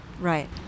right